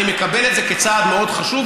אני מקבל את זה כצעד מאוד חשוב,